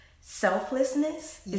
Selflessness